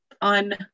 on